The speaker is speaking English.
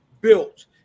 built